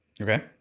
okay